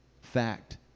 Fact